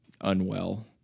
unwell